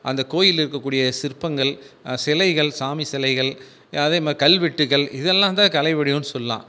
அந்தக் கோவிலில் இருக்கக்கூடிய சிற்பங்கள் சிலைகள் சாமி சிலைகள் அதேமாதிரி கல்வெட்டுகள் இதெல்லாம் தான் கலை வடிவம்னு சொல்லெலாம்